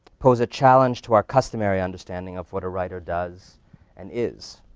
pose a challenge to our customary understanding of what a writer does and is.